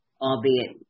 albeit